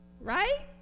right